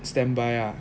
standby ah